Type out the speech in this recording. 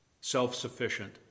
self-sufficient